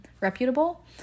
reputable